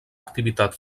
activitat